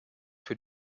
für